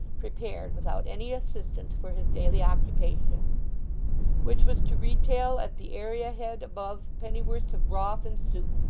prepared, without any assistance, for his daily occupation which was to retail at the area-head above pennyworths of broth and soup,